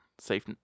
safe